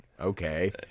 okay